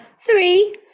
three